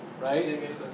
right